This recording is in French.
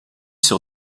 sur